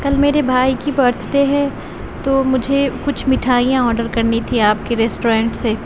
کل میرے بھائی کی برتھ ڈے ہے تو مجھے کچھ مٹھائیاں آڈر کرنی تھی آپ کے ریسٹورینٹ سے